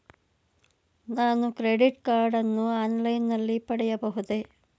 ನಾನು credit card ಅನ್ನು online ನಲ್ಲಿ ಪಡೆಯಬಹುದೇ?